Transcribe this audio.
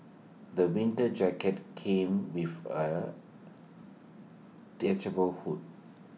the winter jacket came with A detachable hood